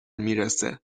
میرسه